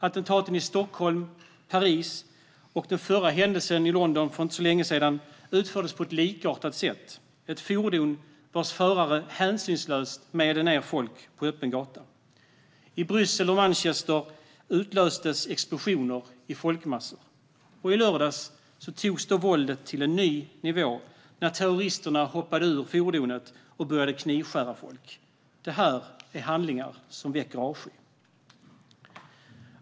Attentaten i Stockholm, Paris och den förra händelsen i London för inte så länge sedan utfördes på ett likartat sätt - ett fordon vars förare hänsynslöst mejade ned folk på öppen gata. I Bryssel och i Manchester utlöstes explosioner i folkmassor. I lördags togs våldet till en ny nivå när terroristerna hoppade ur fordonet och började knivskära folk. Det här är handlingar som väcker avsky.